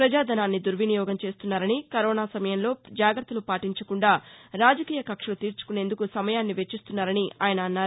ప్రజాధనాన్ని దుర్వినియోగం చేస్తున్నారని కరోనా సమయంలో జాగ్రత్తలు పాటించకుండా రాజకీయ కక్షలు తీర్చుకునేందుకు సమయాన్ని వెచ్చిస్తున్నారని ఆయన అన్నారు